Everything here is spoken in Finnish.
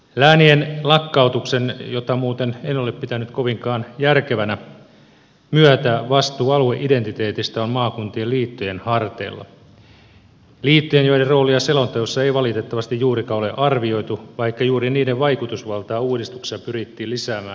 läänien lakkautuksen jota muuten en ole pitänyt kovinkaan järkevänä myötä vastuu alueiden identiteetistä on maakuntien liittojen harteilla liittojen joiden roolia selonteossa ei valitettavasti juurikaan ole arvioitu vaikka juuri niiden vaikutusvaltaa uudistuksessa pyrittiin lisäämään